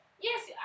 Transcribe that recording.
yes